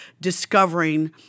discovering